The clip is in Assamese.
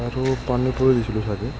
আৰু পানীপুৰি দিছিলোঁ চাগে